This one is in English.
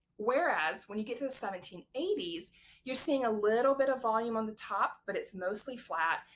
whereas when you get to the seventeen eighty s you're seeing a little bit of volume on the top but it's mostly flat,